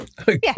Okay